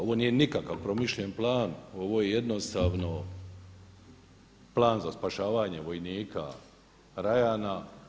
Ovo nije nikakav promišljen plan, ovo je jednostavno plan za spašavanje vojnika Rajana.